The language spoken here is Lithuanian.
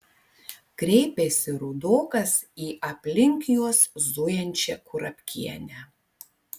kreipėsi rudokas į aplink juos zujančią kurapkienę